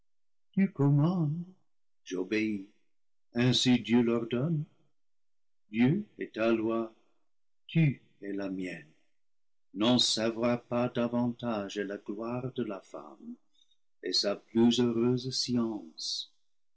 tu commandes j'obéis ainsi dieu l'ordonne dieu est ta loi tu es la mienne n'en savoir pas davantage est la gloire de la femme et sa plus heureuse science